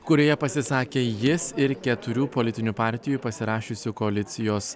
kurioje pasisakė jis ir keturių politinių partijų pasirašiusių koalicijos